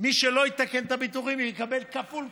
מי שלא יתקן את הליקויים יקבל קנס כפול.